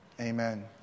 amen